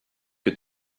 que